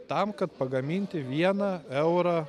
tam kad pagaminti vieną eurą